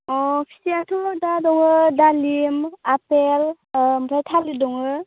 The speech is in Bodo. अ फिथाइआथ' दा दङ दालिम आफेल ओमफ्राय थालिर दङ